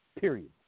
period